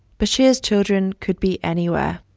bashir's children could be anywhere.